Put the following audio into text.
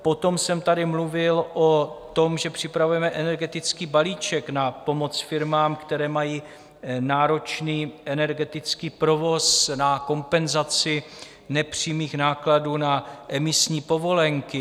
Potom jsem tady mluvil o tom, že připravujeme energetický balíček na pomoc firmám, které mají náročný energetický provoz, na kompenzaci nepřímých nákladů na emisní povolenky.